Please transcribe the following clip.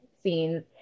scenes